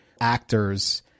actors